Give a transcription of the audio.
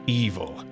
evil